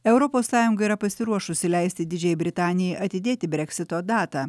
europos sąjunga yra pasiruošusi leisti didžiajai britanijai atidėti breksito datą